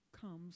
comes